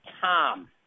Tom